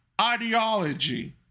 ideology